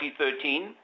2013